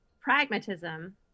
pragmatism